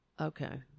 Okay